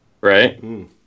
right